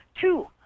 two